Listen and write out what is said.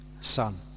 son